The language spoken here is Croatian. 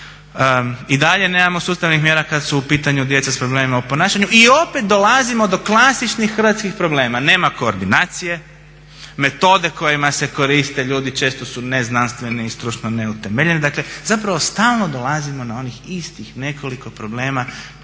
I dalje nemamo sustavnih mjera kad su u pitanju djeca s problemima u ponašanju i opet dolazimo do klasičnih hrvatskih problema, nema koordinacije, metode kojima se koriste ljudi često su neznanstvene i stručno neutemeljene. Dakle, zapravo stalno dolazimo na onih istih nekoliko problema generalno